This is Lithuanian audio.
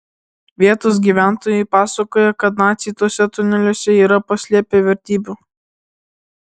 vietos gyventojai pasakoja kad naciai tuose tuneliuose yra paslėpę vertybių